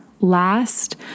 last